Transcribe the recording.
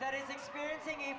that is experiencing